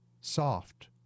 soft